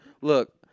Look